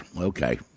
Okay